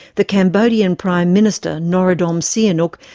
the cambodian prime minister, norodom sihanouk,